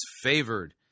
favored